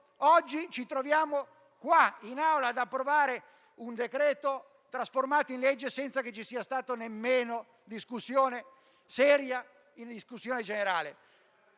oggi ci troviamo qua in Aula ad approvare un decreto trasformato in legge senza che ci sia stata nemmeno una discussione generale